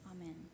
amen